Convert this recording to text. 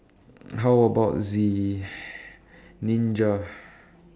how about the ninja